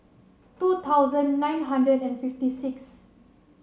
two thousand nine hundred and fifty sixth